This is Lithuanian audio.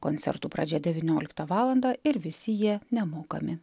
koncertų pradžia devynioliktą valandą ir visi jie nemokami